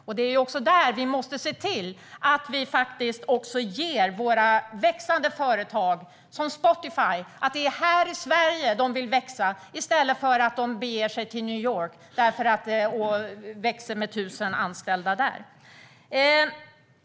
Vi måste därför se till att det är här i Sverige våra växande företag, som Spotify, vill växa i stället för att de beger sig till New York och växer med tusen anställda där.